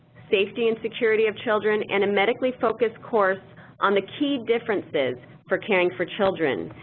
safety and security of children and a medically focused-course on the key differences for caring for children.